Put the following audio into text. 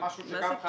מה זה תיק?